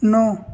नौ